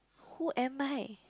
who am I